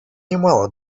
немало